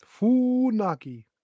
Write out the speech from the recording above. Funaki